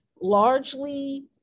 largely